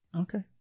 Okay